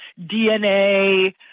DNA